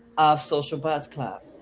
of social buzz club.